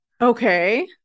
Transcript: Okay